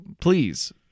Please